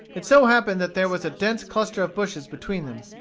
it so happened that there was a dense cluster of bushes between them,